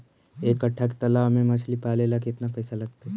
एक कट्ठा के तालाब में मछली पाले ल केतना पैसा लगतै?